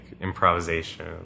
improvisation